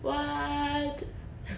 what